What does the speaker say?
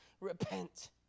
repent